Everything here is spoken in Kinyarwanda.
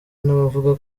n’abavuga